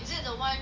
is it the one